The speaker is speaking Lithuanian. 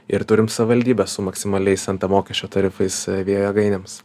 ir turim savivaldybę su maksimaliais nt mokesčio tarifais vėjo jėgainėms